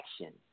action